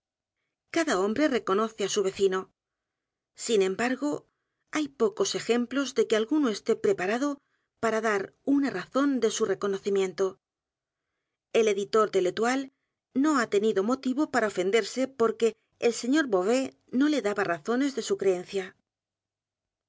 cada hombre reconoce á su v e c i n o sin embargo hay pocos ejemplos en que alguno esté preparado para dar una razón de su reconocimiento el editor de vétoile no ha tenido motivo p a r a ofenresultados asi la jurisprudencia